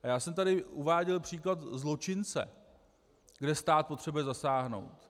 A já jsem tady uváděl příklad zločince, kde stát potřebuje zasáhnout.